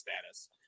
status